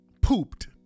pooped